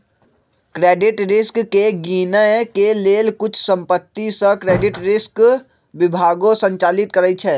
credit risk के गिनए के लेल कुछ कंपनि सऽ क्रेडिट रिस्क विभागो संचालित करइ छै